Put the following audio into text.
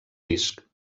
disc